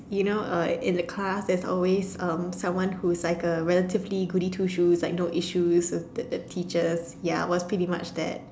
you know uh in a class there's always um someone who's like a relatively goody-two-shoes like no issues with the the teachers ya I was pretty much that